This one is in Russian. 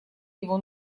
его